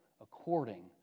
according